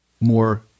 more